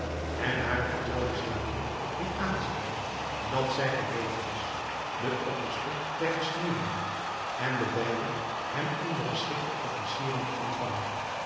en hare vertrouwde slavin liet aanzeggen dat zij gereed was den opperste der gesnedenen en de beide hem ondergeschikte officieren te ontvangen